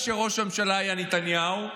ראש הממשלה היה נתניהו.